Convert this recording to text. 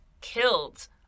killed